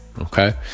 Okay